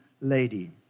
lady